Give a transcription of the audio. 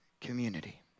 community